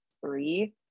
three